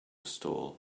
store